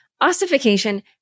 ossification